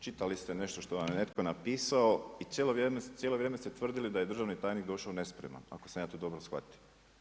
Čitali ste nešto što vam je netko napisao i cijelo vrijeme ste tvrdili da je državni tajnik došao nespreman, ako sam ja to dobro shvatio.